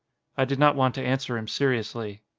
i did not want to answer him seriously,